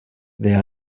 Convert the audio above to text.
there